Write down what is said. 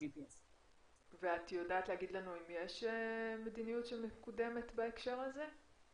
GPS. ואת יודעת להגיד לנו אם יש מדיניות שמקודמת בהקשר הזה?